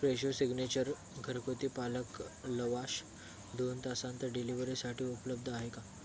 Fresho signature घरगुती पालक लवाश दोन तासानंतर डिलिव्हरीसाठी उपलब्ध आहे का